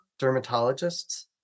dermatologists